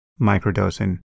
microdosing